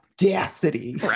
Audacity